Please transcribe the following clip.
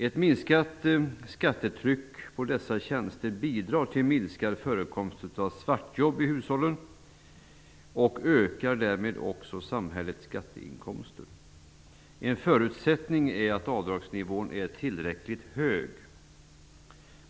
Ett minskat skattetryck på dessa tjänster bidrar till minskad förekomst av svartjobb i hushållen och ökar därmed också samhällets skatteinkomster. En förutsättning är att avdragsnivån är tillräckligt hög.